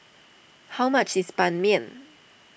how much is Ban Mian